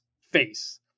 face